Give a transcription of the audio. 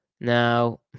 now